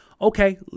okay